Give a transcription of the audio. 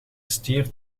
stier